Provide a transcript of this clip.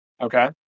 Okay